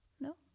no